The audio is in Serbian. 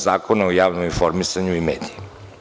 Zakona o javnom informisanju i medijima.